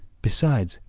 besides,